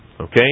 Okay